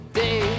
day